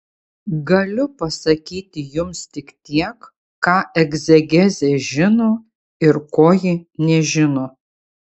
galiu pasakyti jums tik tiek ką egzegezė žino ir ko ji nežino